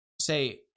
say